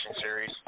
Series